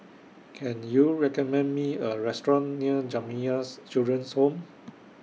Can YOU recommend Me A Restaurant near Jamiyah's Children's Home